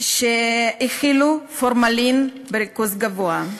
שהכילו פורמלין בריכוז גבוה.